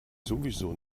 sowieso